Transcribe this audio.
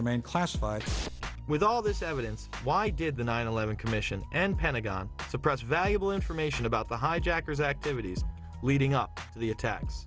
remain classified with all this evidence why did the nine eleven commission and pentagon the press about you bill information about the hijackers activities leading up to the attacks